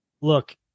look